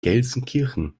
gelsenkirchen